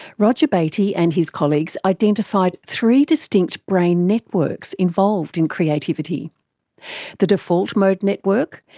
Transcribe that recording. roger beaty and his colleagues identified three distinct brain networks involved in creativity the default mode network,